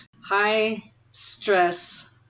high-stress